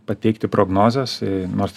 pateikti prognozės nors